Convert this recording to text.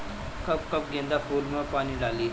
कब कब गेंदा फुल में पानी डाली?